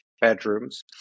bedrooms